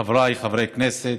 חבריי חברי הכנסת,